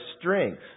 strength